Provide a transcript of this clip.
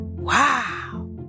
Wow